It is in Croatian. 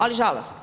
Ali žalosno.